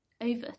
over